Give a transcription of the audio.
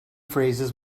phrases